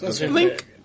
Link